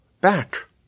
back